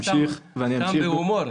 קצת בהומור,